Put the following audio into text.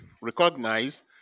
recognize